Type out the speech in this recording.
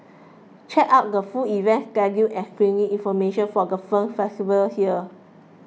check out the full event schedule and screening information for the film festival here